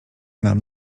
nam